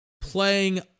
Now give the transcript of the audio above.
playing